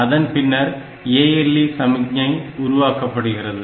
அதன் பின்னர் ALE சமிக்ஞை உருவாக்கப்படுகிறது